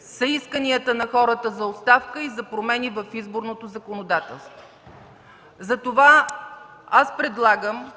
са исканията на хората за оставка и за промени в изборното законодателство. Затова предлагам